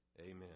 Amen